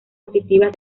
positivas